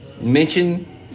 mention